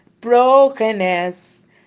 Brokenness